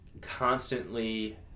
constantly